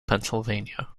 pennsylvania